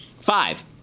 Five